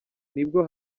nibwo